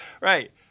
Right